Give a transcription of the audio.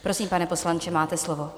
Prosím, pane poslanče, máte slovo.